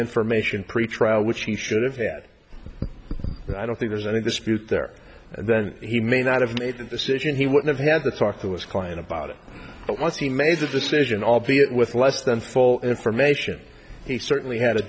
information pretrial which he should have had i don't think there's any dispute there then he may not have made the decision he wouldn't have the talk to his client about it but once he made the decision albeit with less than full information he certainly had